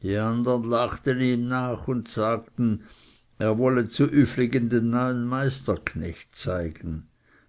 ihm nach und sagten er wolle zu üfligen den neuen meisterknecht zeigen